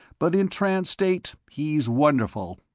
but in trance-state he's wonderful.